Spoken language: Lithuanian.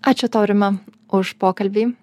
ačiū tau rima už pokalbį